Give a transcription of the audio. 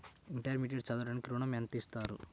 Intermediate చదవడానికి ఋణం ఎంత ఇస్తారు?